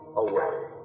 away